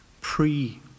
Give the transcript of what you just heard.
pre